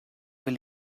will